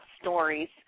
stories